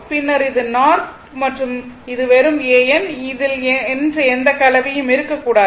பின்னர் இது நார்த் மற்றும் இது வெறும் A N இதில் என்று எந்த கலவையும் இருக்கக்கூடாது